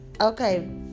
okay